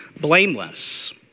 blameless